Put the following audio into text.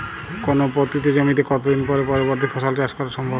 কোনো পতিত জমিতে কত দিন পরে পরবর্তী ফসল চাষ করা সম্ভব?